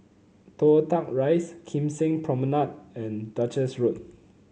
Toh Tuck Rise Kim Seng Promenade and Duchess Road